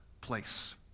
place